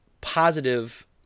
positive